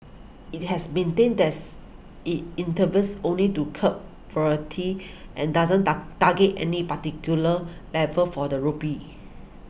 it has maintained that's it intervenes only to curb and doesn't target any particular level for the rupee